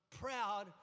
Proud